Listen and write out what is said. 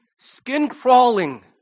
skin-crawling